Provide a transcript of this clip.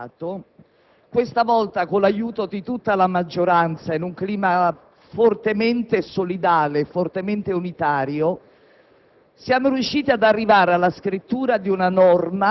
Considero questo articolo davvero molto importante. Sono due anni che ci battiamo per arrivare a questo risultato;